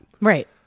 Right